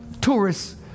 tourists